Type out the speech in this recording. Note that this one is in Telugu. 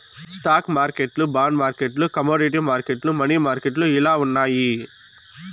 స్టాక్ మార్కెట్లు బాండ్ మార్కెట్లు కమోడీటీ మార్కెట్లు, మనీ మార్కెట్లు ఇలా ఉన్నాయి